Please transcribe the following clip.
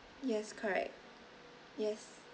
yes correct yes